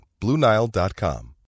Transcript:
BlueNile.com